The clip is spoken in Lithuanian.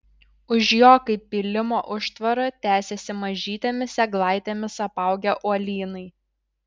už jo kaip pylimo užtvara tęsėsi mažytėmis eglaitėmis apaugę uolynai